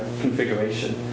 configuration